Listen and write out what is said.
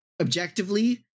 objectively